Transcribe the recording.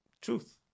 Truth